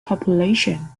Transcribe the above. population